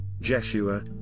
Jeshua